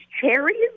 cherries